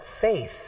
faith